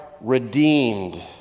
redeemed